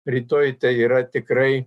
rytoj tai yra tikrai